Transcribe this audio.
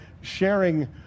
sharing